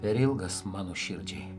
per ilgas mano širdžiai